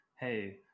hey